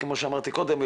וכפי שאמרתי קודם,